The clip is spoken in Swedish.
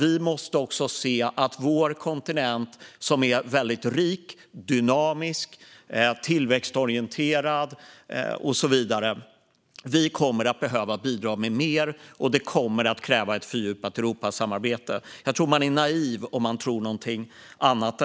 Vi måste i stället se att vår kontinent - som är väldigt rik, dynamisk, tillväxtorienterad och så vidare - kommer att behöva bidra med mer, och det kommer att kräva ett fördjupat Europasamarbete. Jag tror att man är naiv om man tror någonting annat.